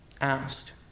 asked